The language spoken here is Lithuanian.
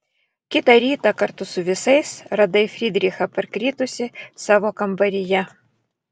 kitą rytą kartu su visais radai frydrichą parkritusį savo kambaryje